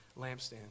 lampstand